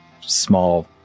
small